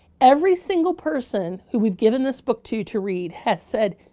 every single person who we've given this book to to read has said,